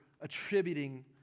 attributing